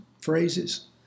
phrases